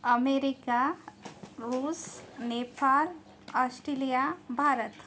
America रूस Nepal Australia Bharat